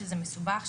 שזה מסובך,